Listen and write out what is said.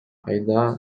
айда